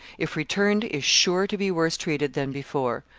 if returned is sure to be worse treated than before.